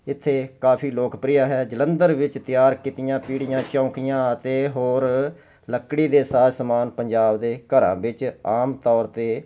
ਇੱਥੇ ਕਾਫ਼ੀ ਲੋਕਪ੍ਰਿਯ ਹੋਇਆ ਜਲੰਧਰ ਵਿੱਚ ਤਿਆਰ ਕੀਤੀਆਂ ਪੀੜ੍ਹੀਆਂ ਚੋਂਕੀਆਂ ਅਤੇ ਹੋਰ ਲੱਕੜੀ ਦੇ ਸਾਜ ਸਮਾਨ ਪੰਜਾਬ ਦੇ ਘਰਾਂ ਵਿੱਚ ਆਮ ਤੌਰ 'ਤੇ